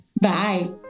Bye